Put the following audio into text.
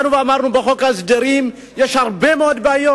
אמרנו שבחוק ההסדרים יש הרבה מאוד בעיות,